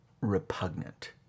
repugnant